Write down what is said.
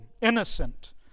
innocent